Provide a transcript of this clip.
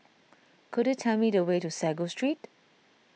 could you tell me the way to Sago Street